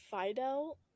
Fidel